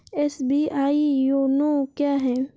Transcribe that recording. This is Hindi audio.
एस.बी.आई योनो क्या है?